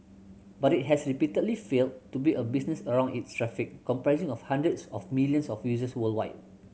but it has repeatedly failed to build a business around its traffic comprising of hundreds of millions of users worldwide